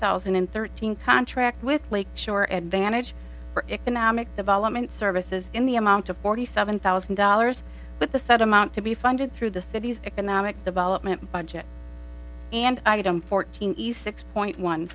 thousand and thirteen contract with lake shore advantage for economic development services in the amount of forty seven thousand dollars but the set amount to be funded through the city's economic development budget and item fourteen east six point one